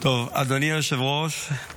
אדוני היושב-ראש,